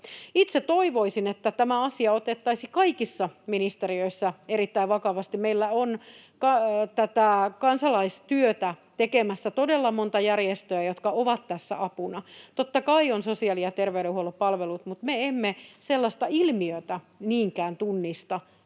Itse toivoisin, että tämä asia otettaisiin kaikissa ministeriöissä erittäin vakavasti. Meillä on tätä kansalaistyötä tekemässä todella monta järjestöä, jotka ovat tässä apuna. Totta kai ovat sosiaali- ja terveydenhuollon palvelut, mutta me emme sellaista ilmiötä niinkään tunnista,